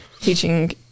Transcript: teaching